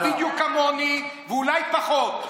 את בדיוק כמוני ואולי פחות.